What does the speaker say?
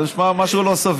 וזה נשמע משהו לא סביר.